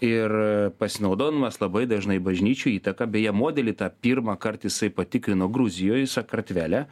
ir pasinaudodamas labai dažnai bažnyčių įtaka beje modelį tą pirmąkart jisai patikrino gruzijoj sakartvele